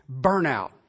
burnout